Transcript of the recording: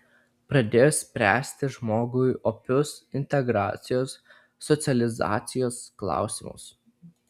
pradėjo spręsti žmogui opius integracijos socializacijos klausimus